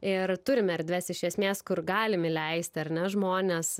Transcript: ir turime erdves iš esmės kur galim įleisti ar ne žmones